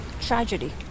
tragedy